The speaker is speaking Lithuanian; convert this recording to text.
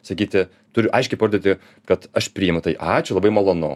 sakyti turi aiškiai parodyti kad aš priimu tai ačiū labai malonu